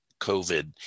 COVID